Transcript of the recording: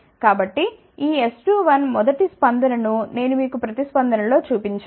కాబట్టి ఈ S21 మొదటి స్పందనను నేను మీకు ప్రతిస్పందన లో చూపించాను